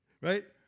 Right